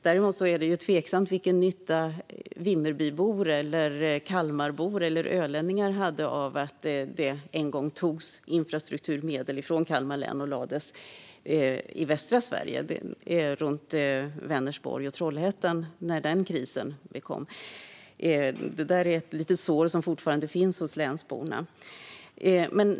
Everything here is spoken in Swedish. Däremot är det tveksamt vilken nytta Vimmerbybor, Kalmarbor eller ölänningar hade av att det en gång när det var kris togs infrastrukturmedel från Kalmar län och lades i västra Sverige runt Vänersborg och Trollhättan. Detta är ett litet sår som fortfarande finns hos länsborna.